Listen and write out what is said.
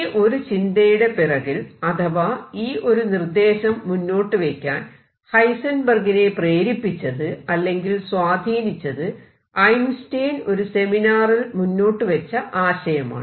ഈ ഒരു ചിന്തയുടെ പിറകിൽ അഥവാ ഈ ഒരു നിർദ്ദേശം മുന്നോട്ടുവെക്കാൻ ഹൈസെൻബെർഗിനെ പ്രേരിപ്പിച്ചത് അല്ലെങ്കിൽ സ്വാധീനിച്ചത് ഐൻസ്റ്റൈൻ ഒരു സെമിനാറിൽ മുന്നോട്ടു വെച്ച ആശയമാണ്